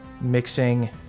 mixing